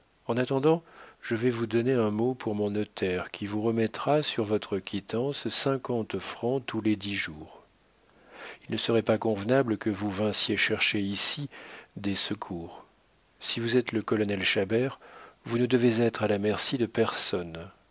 en attendant je vais vous donner un mot pour mon notaire qui vous remettra sur votre quittance cinquante francs tous les dix jours il ne serait pas convenable que vous vinssiez chercher ici des secours si vous êtes le colonel chabert vous ne devez être à la merci de personne